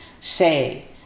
say